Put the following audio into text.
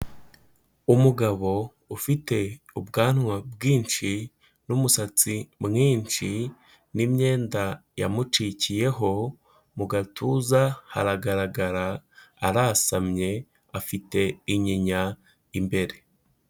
Umugabo ufite ubwanwa bwinshi n'umusatsi mwinshi, n'imyenda yamucikiyeho, mu gatuza haragaragara; arasamye afite inyinya imbere.